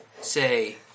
say